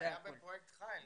הוא היה בפרויקט חי.